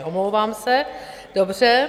Omlouvám se, dobře.